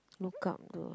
look up to